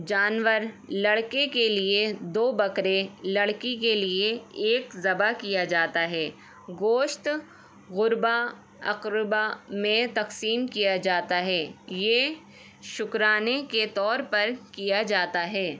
جانور لڑکے کے لیے دو بکرے لڑکی کے لیے ایک ذبح کیا جاتا ہے گوشت غربا اقربا میں تقسیم کیا جاتا ہے یہ شکرانے کے طور پر کیا جاتا ہے